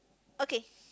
okay